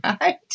right